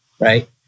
right